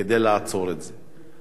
כדי לעצור את זה.